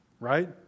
Right